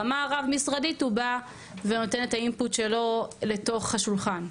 וברמה הרב-משרדית הוא בא ונותן את האינפוט שלו לתוך השולחן.